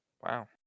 wow